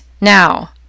now